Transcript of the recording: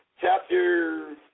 chapter